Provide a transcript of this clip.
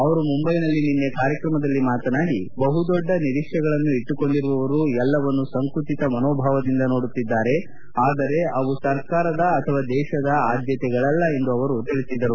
ಅವರು ಮುಂಬೈನಲ್ಲಿ ನಿನ್ನೆ ಕಾರ್ಯಕ್ರಮದಲ್ಲಿ ಮಾತನಾಡಿ ಬಹು ದೊಡ್ಡ ನಿರೀಕ್ಷೆಗಳನ್ನು ಇಟ್ಲುಕೊಂಡಿರುವವರು ಎಲ್ಲವನ್ನೂ ಸಂಕುಚಿತ ಮನೋಭಾವದಿಂದ ನೋಡುತ್ತಿದ್ದಾರೆ ಆದರೆ ಅವು ಸರ್ಕಾರದ ಅಥವಾ ದೇಶದ ಆದ್ಗತೆಗಳಲ್ಲ ಎಂದು ಅವರು ತಿಳಿಸಿದರು